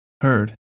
heard